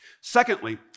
Secondly